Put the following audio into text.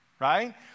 right